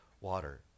water